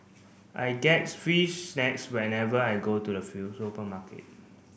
I get free snacks whenever I go to the supermarket